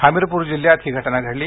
हमीरपुर जिल्हयात ही घटना घडली